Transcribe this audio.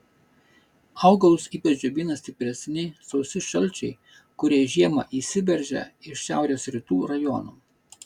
augalus ypač džiovina stipresni sausi šalčiai kurie žiemą įsiveržia iš šiaurės rytų rajonų